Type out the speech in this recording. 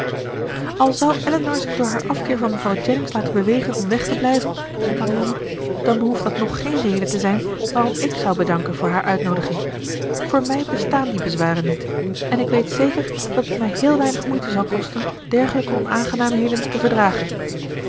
al zou elinor zich door haar afkeer van mevrouw jennings laten bewegen om weg te blijven zei marianne dan behoeft dat nog geene reden te zijn waarom ik zou bedanken voor hare uitnoodiging voor mij bestaan die bezwaren niet en ik weet weet zeker dat het mij heel weinig moeite zal kosten dergelijke onaangenaamheden te verdragen